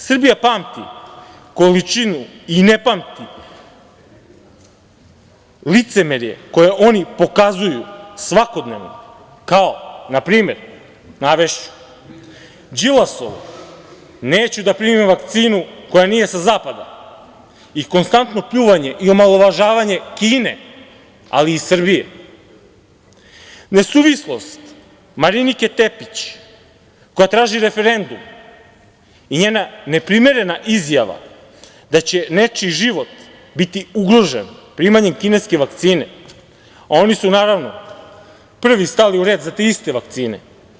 Srbija pamti količinu i ne pamti licemerje koje oni pokazuju svakodnevno kao na primer, navešću, Đilasovo - neću da primim vakcinu koja nije sa zapada i konstantno pljuvanje i omalovažavanje Kine, ali i Srbije, nesuvislost Marinike Tepić koja traži referendum i njena neprimerena izjava da će nečiji život biti ugrožen primanjem kineske vakcine, a oni su naravno prvi stali u red za te iste vakcine.